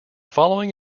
following